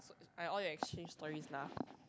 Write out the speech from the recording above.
like all your exchange stories lah